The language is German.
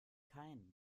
keinen